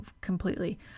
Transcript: completely